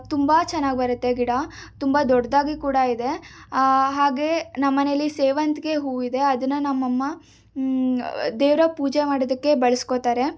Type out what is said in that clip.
ತುಂಬ ಚೆನ್ನಾಗಿ ಬರುತ್ತೆ ಗಿಡ ತುಂಬ ದೊಡ್ಡದಾಗಿ ಕೂಡ ಇದೆ ಹಾಗೆ ನಮ್ಮನೇಲಿ ಸೇವಂತ್ಗೆ ಹೂ ಇದೆ ಅದನ್ನ ನಮ್ಮಮ್ಮ ದೇವರ ಪೂಜೆ ಮಾಡೋದಕ್ಕೆ ಬಳಸ್ಕೋತಾರೆ